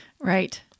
Right